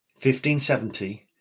1570